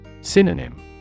Synonym